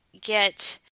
get